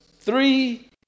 three